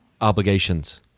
obligations